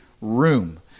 room